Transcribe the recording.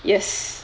yes